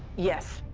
yes.